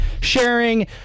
sharing